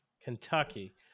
Kentucky